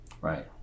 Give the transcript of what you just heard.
right